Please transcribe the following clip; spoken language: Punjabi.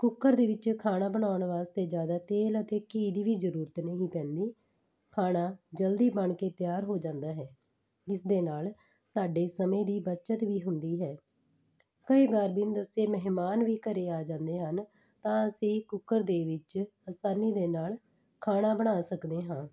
ਕੁੱਕਰ ਦੇ ਵਿੱਚ ਖਾਣਾ ਬਣਾਉਣ ਵਾਸਤੇ ਜ਼ਿਆਦਾ ਤੇਲ ਅਤੇ ਘੀ ਦੀ ਵੀ ਜ਼ਰੂਰਤ ਨਹੀਂ ਪੈਂਦੀ ਖਾਣਾ ਜਲਦੀ ਬਣ ਕੇ ਤਿਆਰ ਹੋ ਜਾਂਦਾ ਹੈ ਇਸ ਦੇ ਨਾਲ ਸਾਡੇ ਸਮੇਂ ਦੀ ਬੱਚਤ ਵੀ ਹੁੰਦੀ ਹੈ ਕਈ ਵਾਰ ਬਿਨ ਦੱਸੇ ਮਹਿਮਾਨ ਵੀ ਘਰੇ ਆ ਜਾਂਦੇ ਹਨ ਤਾਂ ਅਸੀਂ ਕੁੱਕਰ ਦੇ ਵਿੱਚ ਆਸਾਨੀ ਦੇ ਨਾਲ ਖਾਣਾ ਬਣਾ ਸਕਦੇ ਹਾਂ